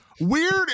weird